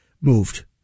moved